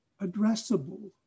addressable